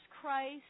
Christ